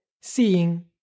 seeing